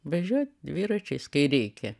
važiuot dviračiais kai reikia